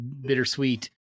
bittersweet